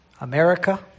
America